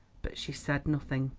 but she said nothing.